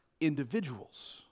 individuals